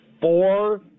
four